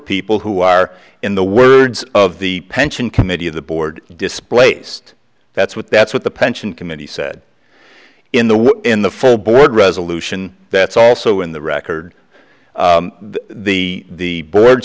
people who are in the words of the pension committee of the board displaced that's what that's what the pension committee said in the in the full board resolution that's also in the record the board